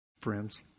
friends